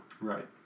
Right